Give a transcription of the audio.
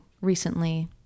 recently